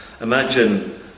Imagine